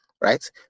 right